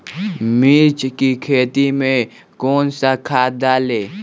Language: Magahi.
मिर्च की खेती में कौन सा खाद डालें?